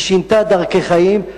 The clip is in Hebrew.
היא שינתה דרכי חיים.